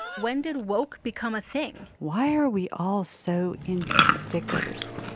when did woke become a thing? why are we all so into stickers?